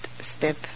step